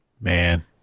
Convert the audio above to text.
Man